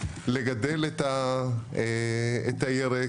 לגדל את הירק,